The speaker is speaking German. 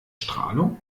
strahlung